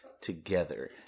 together